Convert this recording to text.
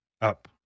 Up